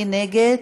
מי נגד?